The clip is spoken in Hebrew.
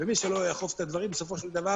ומי שלא יאכוף את הדברים בסופו של דבר